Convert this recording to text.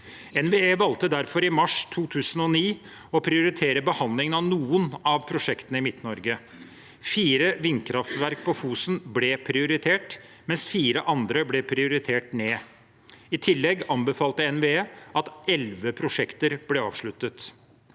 NVE valgte derfor i mars 2009 å prioritere behandlingen av noen av prosjektene i Midt-Norge. Fire vindkraftverk på Fosen ble prioritert, mens fire andre ble prioritert ned. I tillegg anbefalte NVE at elleve prosjekter ble avsluttet.